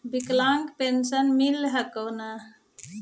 विकलांग पेन्शन मिल हको ने?